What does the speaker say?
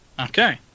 Okay